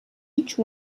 each